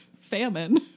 famine